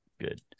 good